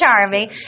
charming